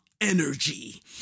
energy